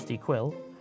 Quill